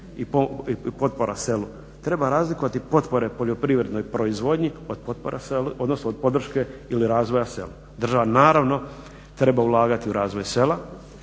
i potpora selu, treba razlikovati potpore poljoprivrednoj proizvodnji od potpora selu, odnosno od podrške ili razvoja sela. Država naravno treba ulagati u razvoj sela,